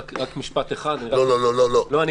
רק משפט אחד --- לא, לא, לא.